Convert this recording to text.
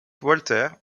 walter